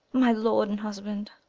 my lord and husband!